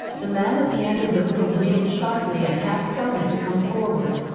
the man at the end of the room wheeled sharply and half started to come forward.